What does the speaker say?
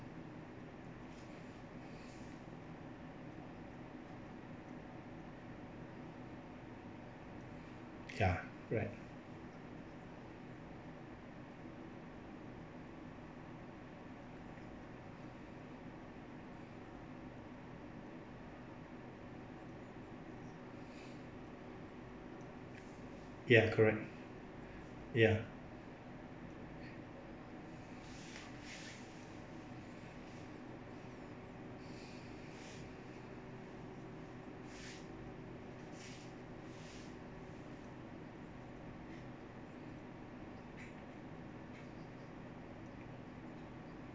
ya right ya correct ya